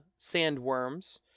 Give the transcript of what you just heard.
sandworms